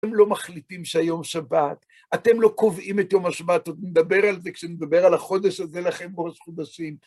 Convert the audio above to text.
אתם לא מחליטים שהיום שבת, אתם לא קובעים את יום השבת, עוד נדבר על זה כשנדבר על החודש הזה לכם, ראש חודשים.